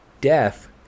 death